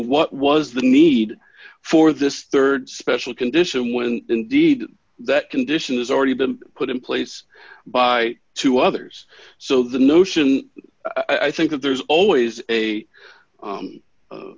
what was the need for this rd special condition when indeed that condition has already been put in place by two others so the notion i think that there's always a